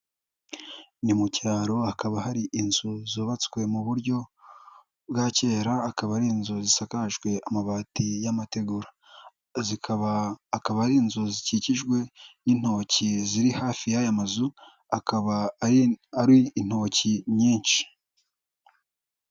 Ni mu cyaro hakaba hari inzu zubatswe mu buryo bwa kera, akaba ari inzu zisakajwe amabati y'amategura, zikaba akaba ari inzu zikikijwe n'intoki ziri hafi y'aya mazu, akaba ari intoki nyinshi.